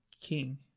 King